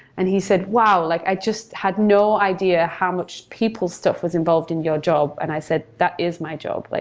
and he said, wow! like i just had no idea how much people stuff was involved in your job. and i said, that is my job. like